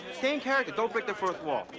stay in character, don't break the fourth wall.